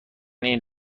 این